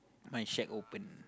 my shack open